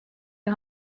you